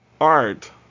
art